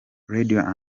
radio